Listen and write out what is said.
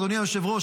אדוני היושב-ראש,